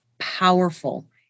Powerful